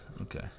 Okay